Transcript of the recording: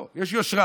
בוא, יש יושרה.